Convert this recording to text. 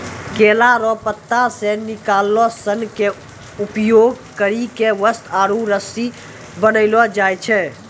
केला रो पत्ता से निकालो सन के उपयोग करी के वस्त्र आरु रस्सी बनैलो जाय छै